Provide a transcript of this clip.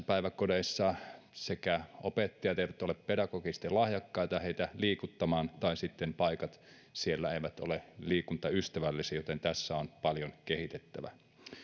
päiväkodeissa opettajat eivät ole pedagogisesti lahjakkaita näitä lapsia liikuttamaan tai sitten paikat siellä eivät ole liikuntaystävällisiä joten tässä on paljon kehitettävää